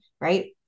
right